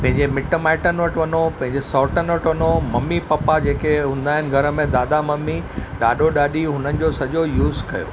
पंहिंजे मिटु माइटुनि वटि वञो पंहिंजे सौटनि वटि वञो मम्मी पापा जेके हूंदा आहिनि घरु में दादा मम्मी ॾाॾो ॾाॾी हुननि जो सॼो यूस कयो